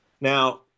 Now